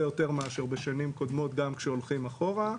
יותר מאשר בשנים קודמות גם כשהולכים אחורה.